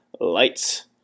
Lights